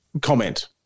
comment